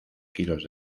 kilos